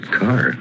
car